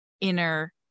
inner